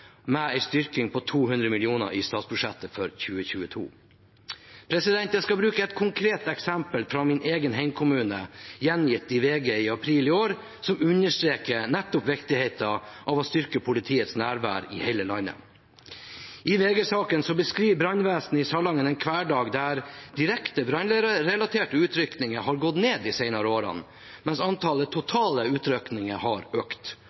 med en styrking på 200 mill. kr i statsbudsjettet for 2022. Jeg skal bruke et konkret eksempel fra min egen hjemkommune, gjengitt i VG i april i år, som understreker nettopp viktigheten av å styrke politiets nærvær i hele landet. I VG-saken beskriver brannvesenet i Salangen en hverdag der direkte brannrelaterte utrykninger har gått ned de senere årene, mens antallet totale utrykninger har økt.